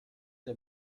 der